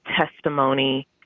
testimony